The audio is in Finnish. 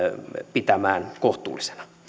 pitämään kohtuullisena